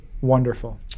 wonderful